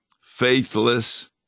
faithless